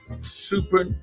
super